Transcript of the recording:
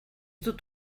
dut